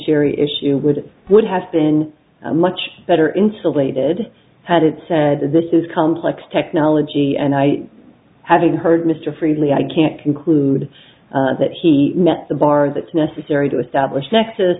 jury issue would would have been much better insulated had it said this is complex technology and i having heard mr friedly i can't conclude that he met the bar that's necessary to establish nex